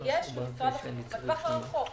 יש למשרד החינוך בטווח הרחוק.